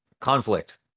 conflict